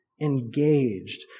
engaged